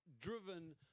driven